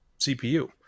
CPU